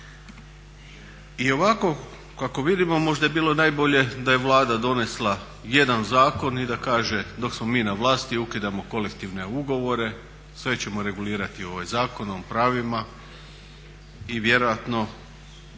I ovako kako vidimo možda je bilo najbolje da je Vlada donesla jedan zakon i da kaže dok smo mi na vlasti ukidamo kolektivne ugovore, sve ćemo regulirati zakonom, pravima i vjerojatno